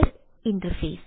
web interface